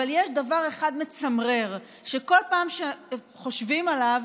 אבל יש דבר אחד מצמרר, שכל פעם שחושבים עליו,